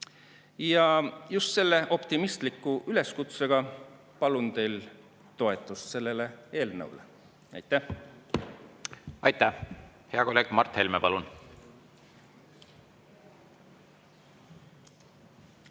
Ja just selle optimistliku üleskutsega palun teilt toetust sellele eelnõule. Aitäh! Hea kolleeg Mart Helme, palun!